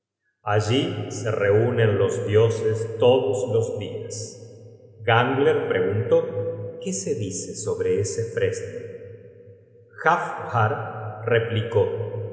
allí se reunen los dioses todos los dias gangler pregun tó qué se dice sobre ese fresno jafnhar replicó